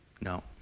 No